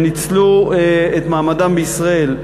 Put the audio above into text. שניצלו את מעמדם בישראל,